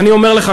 ואני אומר לך,